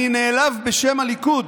אני נעלב בשם הליכוד